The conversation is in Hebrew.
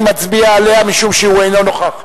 שלא נצביע עליה משום שהוא אינו נוכח.